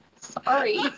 sorry